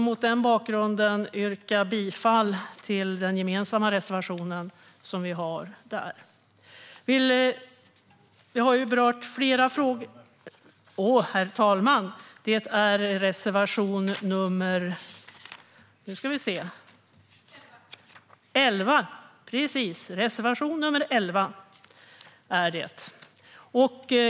Mot den bakgrunden vill jag yrka bifall till den gemensamma reservationen nr 11.